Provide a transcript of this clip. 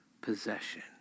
possession